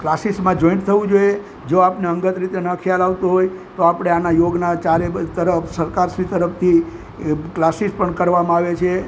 ક્લાસીસમાં જોઇન્ટ થવું જોઈએ જો આપણે અંગત રીતે ન ખ્યાલ આવતો હોય તો આપણે આના યોગના ચારેબાજુ સરકાર શ્રી તરફથી ક્લાસીસ પણ કરવામાં આવે છે